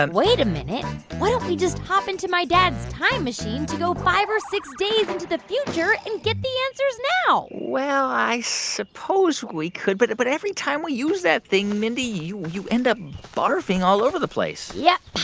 um wait a minute. why don't we just hop into my dad's time machine to go five or six days into the future and get the answers now? well, i suppose we could. but but every time we use that thing, mindy, you you end up barfing all over the place yep,